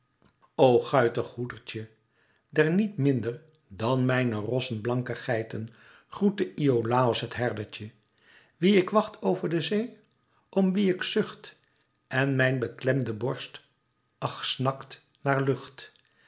guitig hoedertje der niet minder dan mijne rossen blanke geiten groette iolàos het herdertje wien ik wacht over de zee om wien ik zucht en mijn beklemde borst ach snakt naar lucht